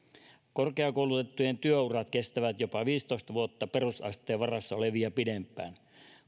korkeakoulutettujen työurat kestävät jopa viisitoista vuotta perusasteen varassa olevia pidempään